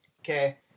Okay